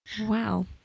Wow